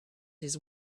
his